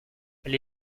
elle